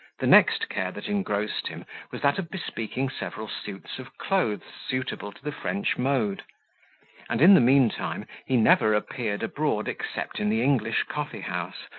the next care that engrossed him was that of bespeaking several suits of clothes suitable to the french mode and, in the mean time, he never appeared abroad, except in the english coffee-house,